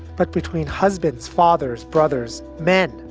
but between husbands, fathers, brothers, men,